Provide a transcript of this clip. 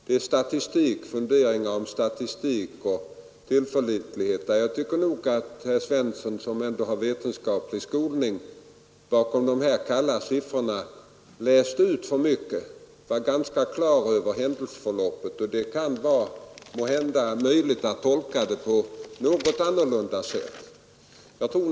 I herr Svenssons inlägg fanns funderingar om statistik och tillförlitlighet, men jag tycker att herr Svensson, som ändå har vetenskaplig skolning, ur de här kalla siffrorna läst ut för mycket. Jag är inte lika klar med händelseförloppet, och det kan måhända vara möjligt att tolka det något annorlunda än herr Svensson gjorde.